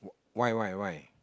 why why why